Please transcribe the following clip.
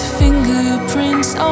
fingerprints